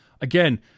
Again